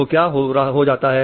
तो क्या हो जाता है